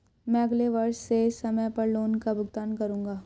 मैं अगले वर्ष से समय पर लोन का भुगतान करूंगा